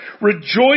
Rejoice